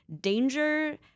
danger